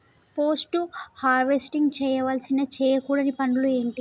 Post harvesting చేయవలసిన చేయకూడని పనులు ఏంటి?